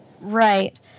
Right